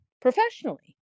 professionally